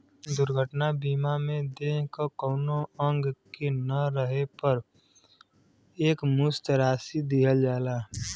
दुर्घटना बीमा में देह क कउनो अंग के न रहे पर एकमुश्त राशि दिहल जाला